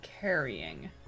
carrying